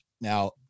Now